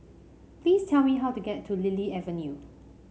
please tell me how to get to Lily Avenue